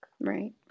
right